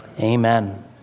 amen